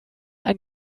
ein